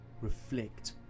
reflect